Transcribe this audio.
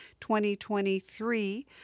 2023